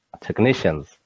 technicians